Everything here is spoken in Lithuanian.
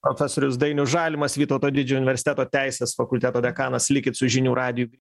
profesorius dainius žalimas vytauto didžiojo universiteto teisės fakulteto dekanas likit su žinių radiju